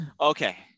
Okay